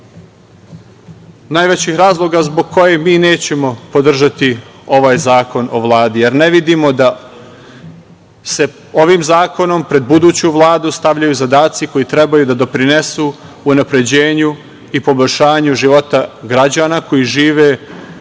najvećih razloga zbog kojeg mi nećemo podržati ovaj zakon o Vladi, jer ne vidimo se ovim zakonom pred buduću Vladu stavljaju zadaci koji trebaju da doprinesu unapređenju i poboljšanju života građana koji žive u